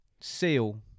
Seal